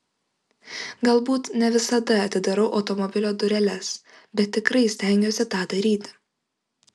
galbūt ne visada atidarau automobilio dureles bet tikrai stengiuosi tą daryti